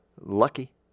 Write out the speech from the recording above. lucky